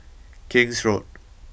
King's Road